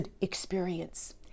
experience